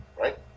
right